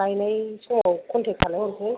लायनाय जाबा खन्टेक खालायहरसै